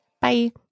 Bye